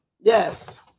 Yes